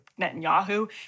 Netanyahu